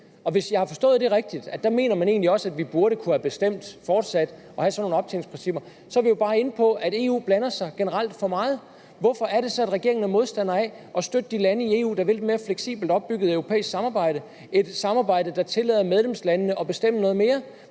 Og hvis jeg har forstået det rigtigt, nemlig at man egentlig også der mener, at vi burde kunne have bestemt fortsat at have sådan nogle optjeningsprincipper, så er vi jo bare inde på, at EU generelt blander sig for meget. Hvorfor er det så, at regeringen er modstander af at støtte de lande i EU, der vil et mere fleksibelt opbygget europæisk samarbejde, et samarbejde, der tillader medlemslandene at bestemme noget mere?